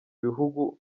bihugu